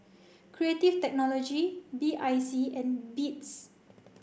Creative Technology B I C and Beats